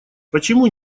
почему